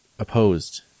opposed